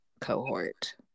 cohort